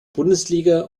bundesliga